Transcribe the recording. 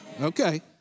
Okay